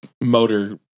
motor